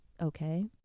okay